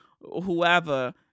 whoever